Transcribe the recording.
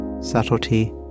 subtlety